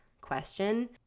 question